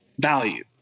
value